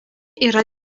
yra